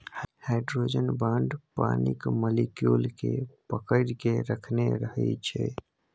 hydrogen bond पानिक molecule केँ पकरि केँ राखने रहै छै